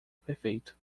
perfeito